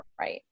right